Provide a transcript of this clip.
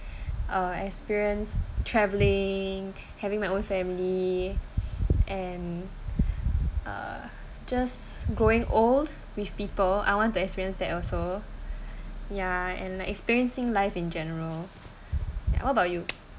uh experience travelling having my own family and uh just growing old with people I want to experience that also ya and like experiencing life in general ya what about you